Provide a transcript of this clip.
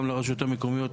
גם לרשויות המקומיות.